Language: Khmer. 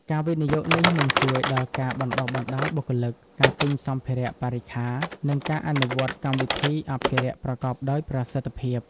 ការវិនិយោគនេះនឹងជួយដល់ការបណ្តុះបណ្តាលបុគ្គលិក ការទិញសម្ភារៈបរិក្ខារ និងការអនុវត្តកម្មវិធីអភិរក្សប្រកបដោយប្រសិទ្ធភាព។